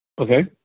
Okay